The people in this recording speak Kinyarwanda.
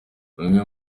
rumwe